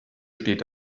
steht